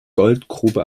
goldgrube